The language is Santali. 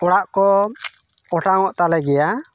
ᱚᱲᱟᱜ ᱠᱚ ᱚᱴᱟᱝᱚᱜ ᱛᱟᱞᱮ ᱜᱮᱭᱟ